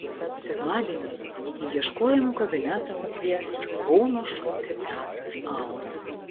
sekmadienį į ieškojimų kabinetą pakvies ir kauno šokio teatras aura